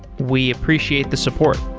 we appreciate the support